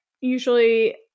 usually